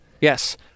Yes